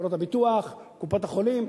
חברות הביטוח, קופות-החולים.